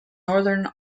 northern